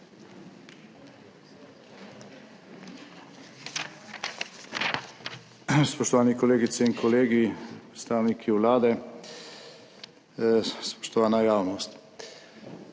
Spoštovani kolegice in kolegi, predstavniki Vlade, spoštovana javnost.